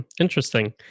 interesting